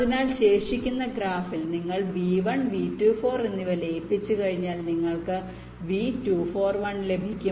അതിനാൽ ശേഷിക്കുന്ന ഗ്രാഫിൽ നിങ്ങൾ V1 V24 എന്നിവ ലയിപ്പിച്ചുകഴിഞ്ഞാൽ നിങ്ങൾക്ക് V241 ലഭിക്കും